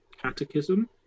Catechism